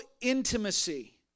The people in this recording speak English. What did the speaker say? intimacy